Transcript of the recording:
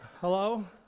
Hello